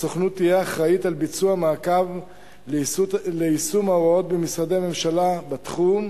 הסוכנות תהיה אחראית על ביצוע מעקב ליישום ההוראות במשרדי ממשלה בתחום,